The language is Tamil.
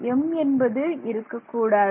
m என்பது இருக்கக் கூடாது